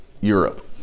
Europe